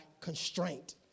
constraint